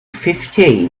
fifty